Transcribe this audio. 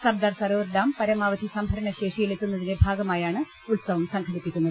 Sardar Sarovar dam പരമാ വധി സംഭരണ ശേഷിയിലെത്തുന്നതിന്റെ ഭാഗമായാണ് ഉത്സവം സംഘടിപ്പിക്കുന്നത്